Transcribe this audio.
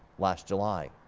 last july.